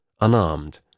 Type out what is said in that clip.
unarmed